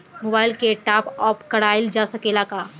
Mobile के top आप कराइल जा सकेला का?